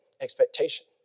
expectation